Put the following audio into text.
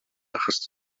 achos